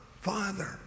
Father